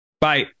Bye